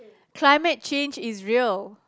climate change is real